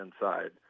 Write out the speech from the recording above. inside